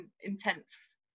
intense